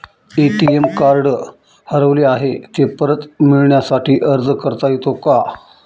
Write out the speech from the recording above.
ATM card हरवले आहे, ते परत मिळण्यासाठी अर्ज करता येतो का?